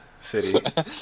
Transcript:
city